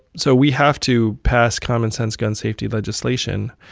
so we have to pass common-sense gun safety legislation.